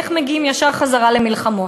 איך מגיעים ישר חזרה למלחמות.